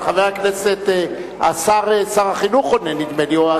אבל נדמה לי ששר החינוך עונה.